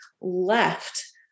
left